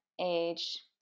age